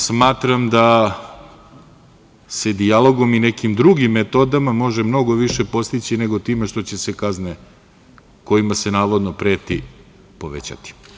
Smatram da se dijalogom i nekim drugim metodama može mnogo više postići nego time što će se kazne kojima se navodno preti povećati.